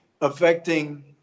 affecting